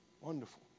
Wonderful